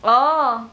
orh